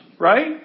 Right